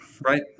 Right